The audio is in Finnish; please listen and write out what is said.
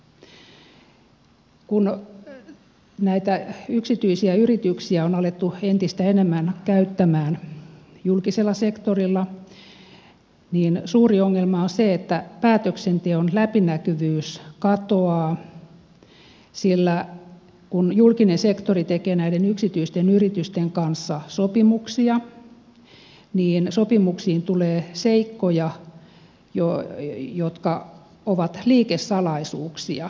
kun näitä yksityisiä yrityksiä on alettu entistä enemmän käyttämään julkisella sektorilla niin suuri ongelma on se että päätöksenteon läpinäkyvyys katoaa sillä kun julkinen sektori tekee näiden yksityisten yritysten kanssa sopimuksia niin sopimuksiin tulee seikkoja jotka ovat liikesalaisuuksia